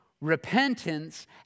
repentance